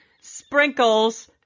sprinkles